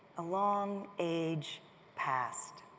along age pastsed,